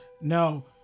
No